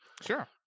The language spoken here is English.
Sure